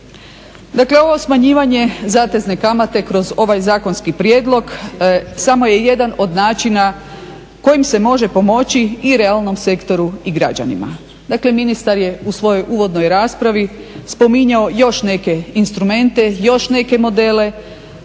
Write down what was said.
Dakle ovo smanjivanje zatezne kamate kroz ovaj zakonski prijedlog samo je jedan od načina kojim se može pomoći i realnom sektoru i građanima. Dakle, ministar je u svojoj uvodnoj raspravi spominjao još neke instrumente, još neke modele